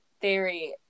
theory